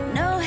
no